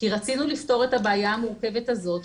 כי רצינו לפתור את הבעיה המורכבת הזאת,